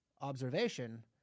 observation